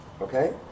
Okay